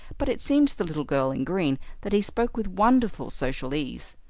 but it seemed to the little girl in green that he spoke with wonderful social ease.